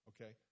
Okay